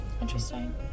Interesting